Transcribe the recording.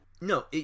no